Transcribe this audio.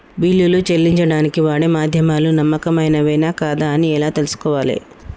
బిల్లులు చెల్లించడానికి వాడే మాధ్యమాలు నమ్మకమైనవేనా కాదా అని ఎలా తెలుసుకోవాలే?